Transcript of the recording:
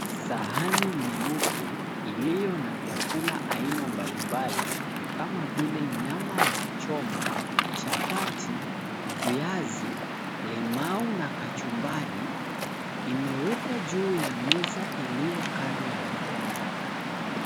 Sahani nyeupe iliyo na vyakula aina mbalimbali kama vile nyama ya kuchoma, chapati, viazi, limau na kachumbari, imewekwa juu ya meza iliyo kando ya mgomba.